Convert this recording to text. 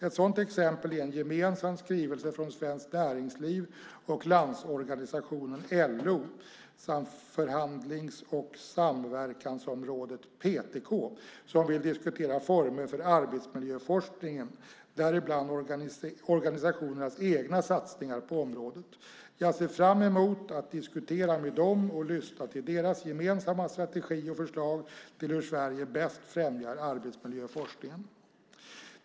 Ett sådant exempel är en gemensam skrivelse från Svenskt Näringsliv och Landsorganisationen, LO, samt förhandlings och samverkansrådet PTK som vill diskutera former för arbetsmiljöforskningen, däribland organisationernas egna satsningar på området. Jag ser fram emot att diskutera med dem och lyssna till deras gemensamma strategi och förslag till hur Sverige bäst främjar arbetsmiljöforskningen.